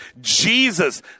Jesus